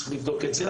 צריך לבדוק אותם,